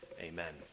amen